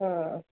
ହଁ